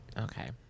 Okay